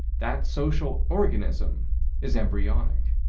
that social organism is embryonic.